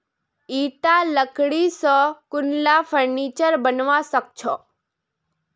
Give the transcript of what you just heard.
ईटा लकड़ी स कुनला फर्नीचर बनवा सख छ